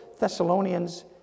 Thessalonians